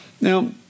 Now